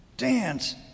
Dance